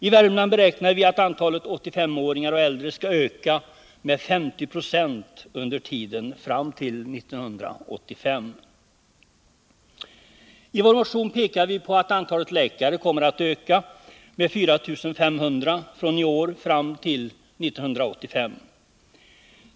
I Värmland beräknar vi att antalet 85-åringar och äldre skall öka med 50 20 under tiden fram till 1985. I vår motion pekar vi på att antalet läkare kommer att öka med 4 500 från i år fram till 1985.